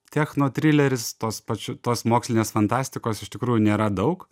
techno trileris tos pač tos mokslinės fantastikos iš tikrųjų nėra daug